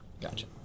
Gotcha